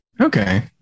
Okay